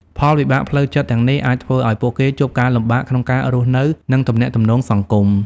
ផលវិបាកផ្លូវចិត្តទាំងនេះអាចធ្វើឲ្យពួកគេជួបការលំបាកក្នុងការរស់នៅ និងទំនាក់ទំនងសង្គម។